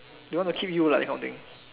they want to keep you lah that kind of thing